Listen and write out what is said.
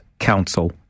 council